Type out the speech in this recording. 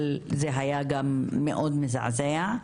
אבל זה היה גם מאוד מזעזע,